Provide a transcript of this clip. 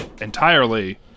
entirely